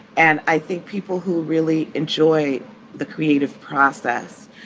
and i think people who really enjoy the creative process,